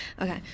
okay